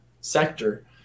sector